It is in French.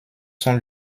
sont